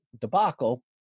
debacle